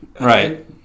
Right